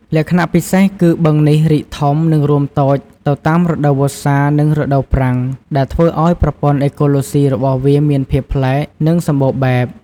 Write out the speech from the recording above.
លក្ខណៈពិសេសគឺ បឹងនេះរីកធំ និងរួមតូចទៅតាមរដូវវស្សា និងរដូវប្រាំង ដែលធ្វើឲ្យប្រព័ន្ធអេកូឡូស៊ីរបស់វាមានភាពប្លែក និងសម្បូរបែប។